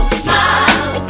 smile